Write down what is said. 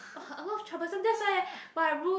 !wah! a lot of troublesome that's why when I rule